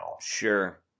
Sure